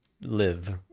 live